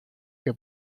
que